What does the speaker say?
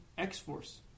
X-Force